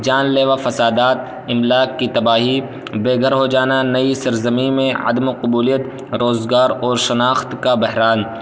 جان لیوا فسادات املاک کی تباہی بگر ہو جانا نئی سرزمین میں عدم قبولیت روزگار اور شناخت کا بحران